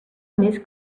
més